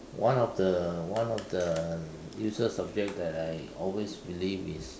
one of the one of the useless subjects that I always believe is